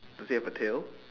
does it have a tail